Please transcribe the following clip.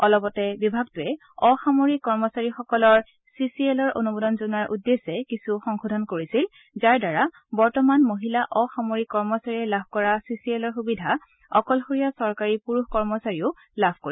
অলপতে বিভাগে অসামৰিক কৰ্মচাৰীসকলৰ চি চি এল অনুমোদন জনোৱাৰ উদ্দেশ্যে কিছু সংশোধনী কৰিছিল যাৰ দ্বাৰা বৰ্তমানলৈ মহিলা অসামৰিক কৰ্মচাৰীয়ে লাভ কৰা চি চি এল অকলশৰীয়া চৰকাৰী পুৰুষ কৰ্মৰাচীয়েও লাভ কৰিব